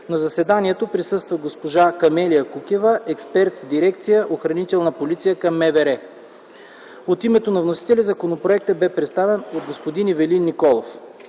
На заседанието присъства госпожа Камелия Кукева – инспектор в Главна дирекция „Охранителна полиция” към МВР. От името на вносителя законопроектът бе представен от господин Ивелин Николов.